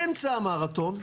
באמצע המרתון,